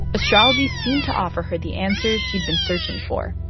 astrology seemed to offer her the answers she'd been searching for,